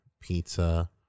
pizza